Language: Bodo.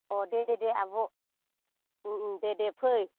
अह दे दे आब' दे दे फै